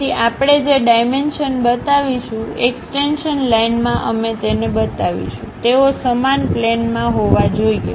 તેથી આપણે જે ડાઈમેનશન બતાવીશું એક્સ્ટેંશન લાઇન માં અમે તેને બતાવીશું તેઓ સમાન પ્લેન માં હોવા જોઈએ